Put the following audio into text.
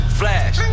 flash